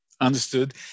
Understood